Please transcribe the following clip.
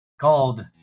called